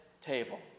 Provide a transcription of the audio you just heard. table